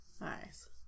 Nice